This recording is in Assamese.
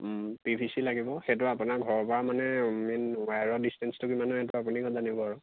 পি ভি চি লাগিব সেইটো আপোনাৰ ঘৰৰ পৰা মানে মেইন ৱায়াৰৰ ডিচটেঞ্চটো কিমান হয় সেইটো আপুনি জানিব আৰু